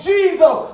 Jesus